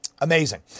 Amazing